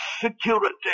security